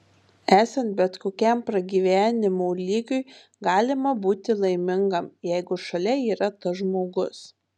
esant bet kokiam pragyvenimo lygiui galima būti laimingam jeigu šalia yra tas žmogus